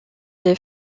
les